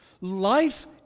Life